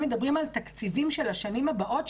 הם מדברים על תקציבים של השנים הבאות,